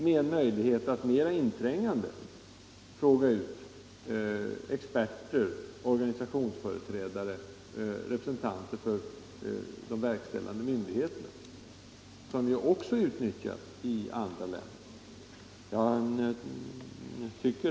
Det är en möjlighet att mera inträngande fråga ut experter, organisationsföreträdare, representanter för de verkställande myndigheterna osv.